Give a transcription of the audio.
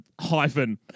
Hyphen